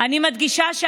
מי